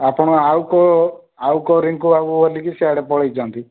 ଆପଣ ଆଉ କେଉଁ ଆଉ ରିଙ୍କୁ ବାବୁ ବୋଲିକି ସିଆଡ଼େ ପଳାଇଛନ୍ତି